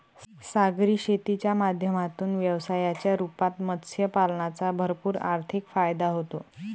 सागरी शेतीच्या माध्यमातून व्यवसायाच्या रूपात मत्स्य पालनाचा भरपूर आर्थिक फायदा होतो